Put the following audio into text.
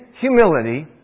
humility